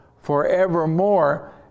forevermore